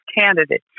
candidate